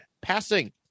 Passing